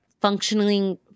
functioning